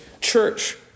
church